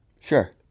Sure